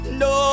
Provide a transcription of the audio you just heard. no